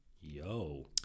Yo